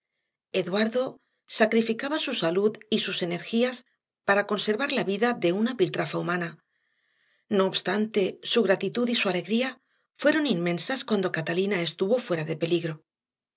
eduardo sacrificaba su salud y sus energías para conservar la vida de una piltrafa humana no obstante su gratitud y su alegría fueron inmensas cuando catalina estuvo fuera de peligro